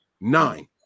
Nine